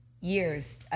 Years